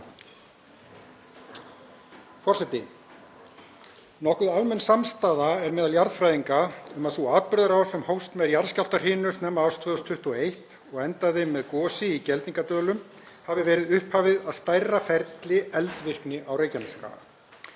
Forseti. Nokkuð almenn samstaða er meðal jarðfræðinga um að sú atburðarás sem hófst með jarðskjálftahrinu snemma árs 2021 og endaði með gosi í Geldingadölum hafi verið upphafið að stærra ferli eldvirkni á Reykjanesskaga.